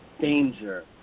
danger